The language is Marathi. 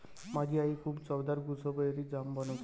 माझी आई खूप चवदार गुसबेरी जाम बनवते